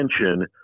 attention